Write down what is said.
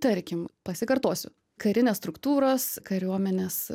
tarkim pasikartosiu karinės struktūros kariuomenės